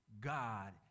God